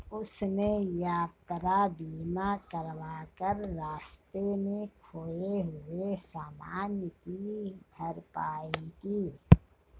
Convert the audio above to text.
उसने यात्रा बीमा करवा कर रास्ते में खोए हुए सामान की भरपाई की